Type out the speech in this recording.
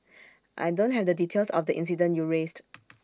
I don't have the details of the incident you raised